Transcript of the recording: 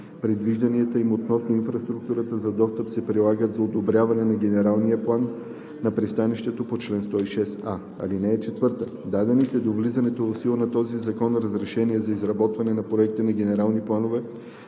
Предвижданията им относно инфраструктурата за достъп се прилагат до одобряване на генералния план на пристанището по чл. 106а. (4) Дадените до влизането в сила на този закон разрешения за изработване на проекти на генерални планове,